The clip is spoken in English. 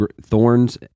thorns